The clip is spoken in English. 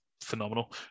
phenomenal